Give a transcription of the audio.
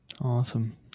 Awesome